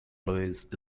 louise